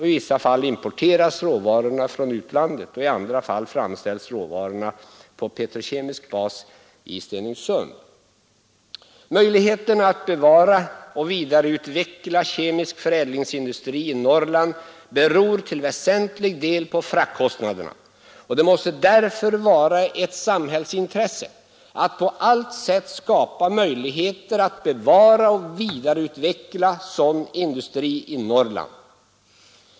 I vissa fall importeras råvarorna från utlandet, i andra fall framställs råvarorna på petrokemisk bas i Stenungsund. Möjligheterna att bevara och vidareutveckla en kemisk förädlingsindustri i Norrland beror till väsentlig del på fraktkostnaderna. Det måste därför vara ett samhällsintresse att på allt sätt skapa möjligheter för att bevara och vidareutveckla sådan industri i Norrland.